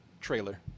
trailer